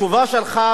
התשובה שלך,